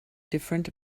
different